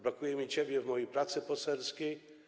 Brakuje mi ciebie w mojej pracy poselskiej.